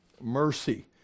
mercy